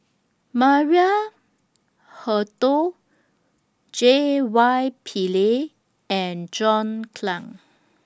Maria Hertogh J Y Pillay and John Clang